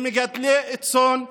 הם מגדלי צאן,